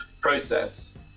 process